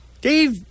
Dave